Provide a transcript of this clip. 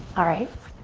alright,